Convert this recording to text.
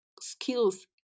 skills